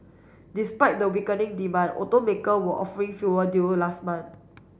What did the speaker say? despite the weakening demand automaker were offering fewer deal last month